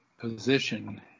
position